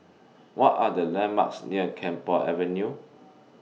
What Are The landmarks near Camphor Avenue